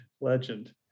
legend